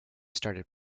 started